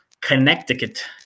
Connecticut